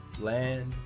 land